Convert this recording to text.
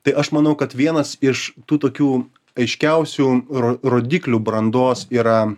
tai aš manau kad vienas iš tų tokių aiškiausių ro rodiklių brandos yra